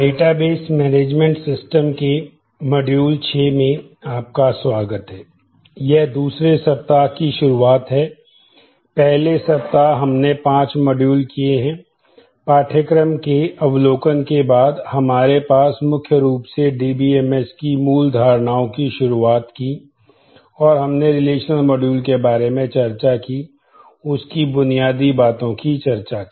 database management system के बारे में चर्चा की है उसकी बुनियादी बातों की चर्चा की